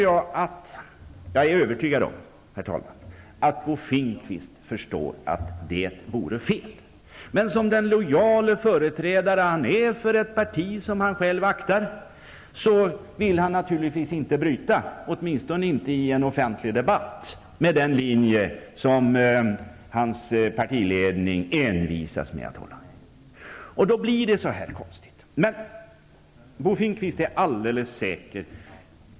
Jag är övertygad om att Bo Finnkvist förstår att det vore fel, men som den lojale företrädare han är för ett parti som han själv aktar vill han naturligtvis inte bryta, åtminstone inte i en offentlig debatt, med den linje som hans partiledning envisas med att hålla. Då blir det så här konstigt.